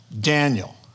Daniel